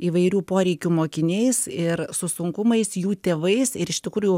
įvairių poreikių mokiniais ir su sunkumais jų tėvais ir iš tikrųjų